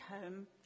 home